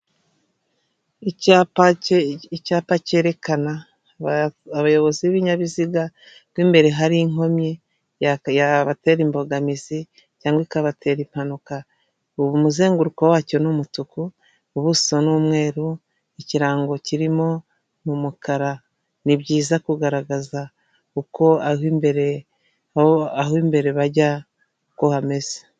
Icyapa cyereka abayobozi b'ibinyabiziga ko imbere hari inkomyi yababatera imbogamizi cyangwa ikabatera impanuka, umuzenguruko wacyo n'umutuku ubuso n'umweru ikirango kirimo n'umukara ni byiza kugaragaza uko aho imbere bajya uko hameze.